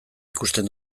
ikusten